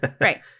Right